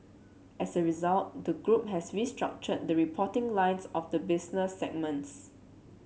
as a result the group has restructured the reporting lines of the business segments